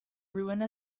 ruin